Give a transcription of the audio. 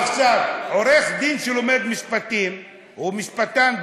עורך דין שלומד משפטים והוא משפטן,